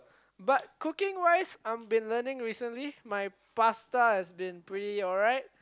but cooking wise I've been learning recently my pasta has been pretty alright